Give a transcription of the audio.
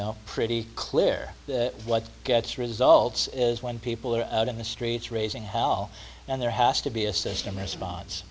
know pretty clear what gets results is when people are out in the streets raising how and there has to be a system response